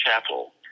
Chapel